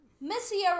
Missy